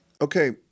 Okay